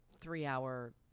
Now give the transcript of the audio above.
three-hour